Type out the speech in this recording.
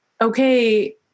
okay